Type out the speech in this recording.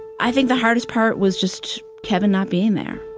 i think the hardest part was just kevin not being there.